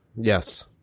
Yes